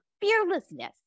fearlessness